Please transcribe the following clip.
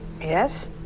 Yes